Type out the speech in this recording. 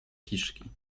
kiszki